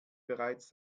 bereits